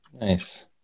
nice